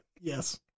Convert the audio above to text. Yes